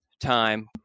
time